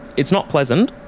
it's not pleasant,